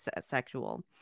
sexual